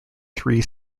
three